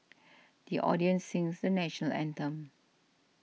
the audience sings the National Anthem